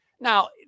Now